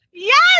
Yes